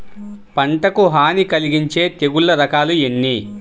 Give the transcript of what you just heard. పంటకు హాని కలిగించే తెగుళ్ళ రకాలు ఎన్ని?